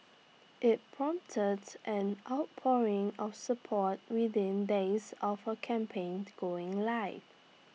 IT prompted an outpouring of support within days of her campaign going live